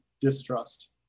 distrust